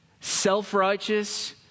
self-righteous